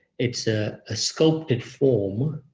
it's a ah sculpted form,